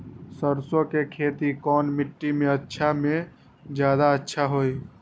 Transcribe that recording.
सरसो के खेती कौन मिट्टी मे अच्छा मे जादा अच्छा होइ?